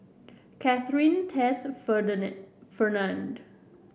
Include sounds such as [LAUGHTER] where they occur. Katharyn Tess and [UNINTELLIGIBLE] Fernand